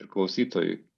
ir klausytojui